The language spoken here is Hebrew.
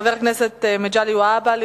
חבר הכנסת מגלי והבה.